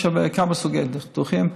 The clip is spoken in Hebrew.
יש כמה סוגי ניתוחים.